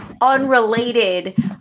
unrelated